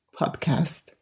podcast